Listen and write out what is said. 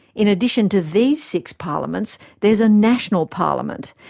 in addition to these six parliaments, there's a national parliament,